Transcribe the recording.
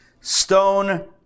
Stone